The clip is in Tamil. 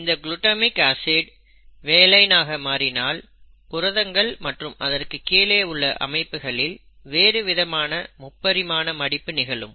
இந்த குளுட்டமிக் ஆசிட் வேலைன் ஆக மாறினால் புரதங்கள் மற்றும் அதற்கு கீழ் உள்ள அமைப்புகளில் வேறு விதமான முப்பரிமான மடிப்பு நிகழும்